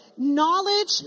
knowledge